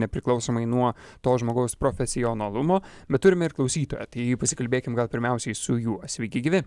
nepriklausomai nuo to žmogaus profesionalumo bet turime ir klausytoją tai pasikalbėkim gal pirmiausiai su juo sveiki gyvi